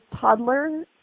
toddler